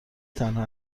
تنها